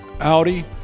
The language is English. Audi